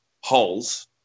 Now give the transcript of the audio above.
holes